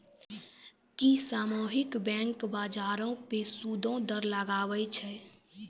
कि सामुहिक बैंक, बजारो पे सूदो दर लगाबै छै?